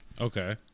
Okay